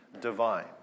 divine